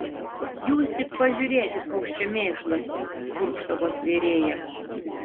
jūs tik pažiūrėkit koks čia mėšlas purkštavo svėrėja